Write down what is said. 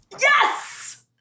Yes